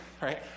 right